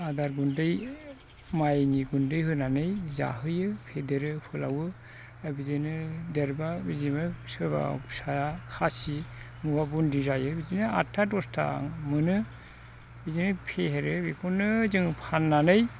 आदार गुन्दै माइनि गुन्दै होनानै जाहोयो फेदेरो फोलावो दा बिदिनो देरब्ला बिदिबो सोरबा फिसाया खासि मबेबा बुन्दि जायो बिदिनो आठथा दसथा मोनो बिदिनो फेहेरो बेखौनो जोङो फाननानै